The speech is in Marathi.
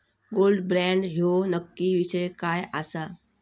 गोल्ड बॉण्ड ह्यो नक्की विषय काय आसा?